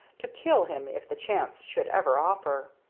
to kill him if the chance should ever offer.